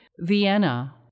Vienna